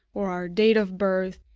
or our date of birth,